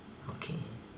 okay